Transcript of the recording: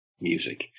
music